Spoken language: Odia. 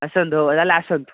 ଆସନ୍ତୁ ହଉ ତାହେଲେ ଆସନ୍ତୁ